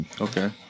Okay